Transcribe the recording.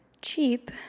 cheap